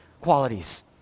qualities